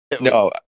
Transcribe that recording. No